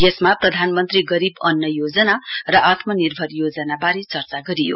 यसमा प्रधानमन्त्री गरीब अन्न योजना र आत्म निर्भर योजनावारे चर्चा गरियो